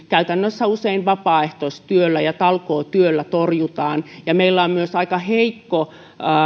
käytännössä usein vapaaehtoistyöllä ja talkootyöllä torjutaan ja meillä on myös aika heikko